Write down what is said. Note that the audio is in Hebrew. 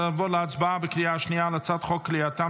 נעבור להצבעה בקריאה שנייה על הצעת חוק כליאתם